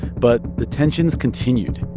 but the tensions continued.